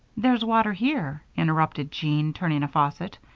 there's water here, interrupted jean, turning a faucet.